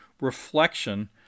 reflection